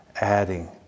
adding